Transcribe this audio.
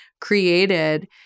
created